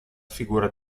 figura